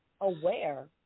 aware